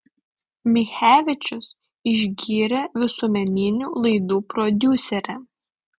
michevičius išgyrė visuomeninių laidų prodiuserę